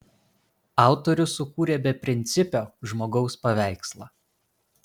autorius sukūrė beprincipio žmogaus paveikslą